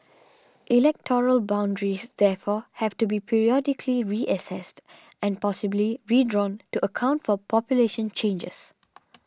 electoral boundaries therefore have to be periodically reassessed and possibly redrawn to account for population changes